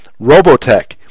Robotech